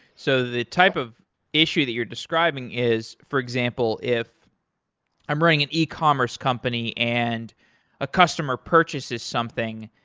so the type of issue that you're describing is, for example, if i'm running an e commerce company and a customer purchases something,